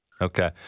Okay